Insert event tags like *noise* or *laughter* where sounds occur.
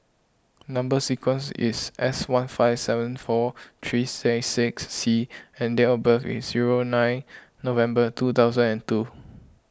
Number Sequence is S one five seven four three nine six C *noise* and date of birth is zero nine November two thousand and two